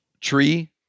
tree